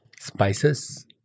spices